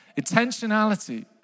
Intentionality